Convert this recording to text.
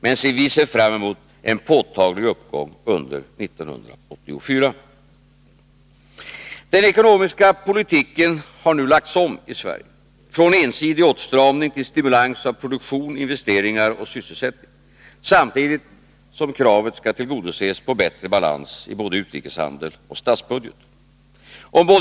Men vi ser fram emot en påtaglig uppgång under 1984. Den ekonomiska politiken har nu lagts om i Sverige; från ensidig åtstramning till stimulans av produktion, investeringar och sysselsättning, samtidigt som kravet på bättre balans i både utrikeshandel och statsbudget skall tillgodoses.